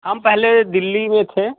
हम पहले दिल्ली में थे